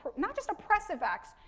not just oppressive acts,